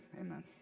Amen